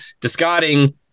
discarding